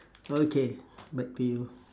okay back to you